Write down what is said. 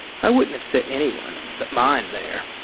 i wouldn't have sent anyone of mine there